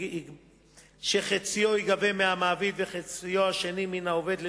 שחציו ייגבה מהמעביד וחציו השני מהעובד,